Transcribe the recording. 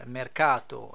mercato